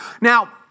Now